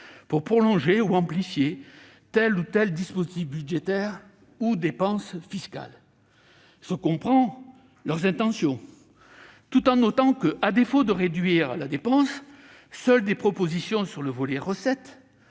pour prolonger ou amplifier tel ou tel dispositif budgétaire ou dépense fiscale. Je comprends leurs intentions, tout en notant que, à défaut de réduire la dépense, seules des initiatives sur le volet relatif